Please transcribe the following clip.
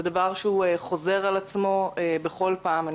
זה דבר שחוזר על עצמו בכל פעם.